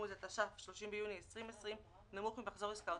" את ההגדרה ""הפקודה" פקודת מס הכנסה"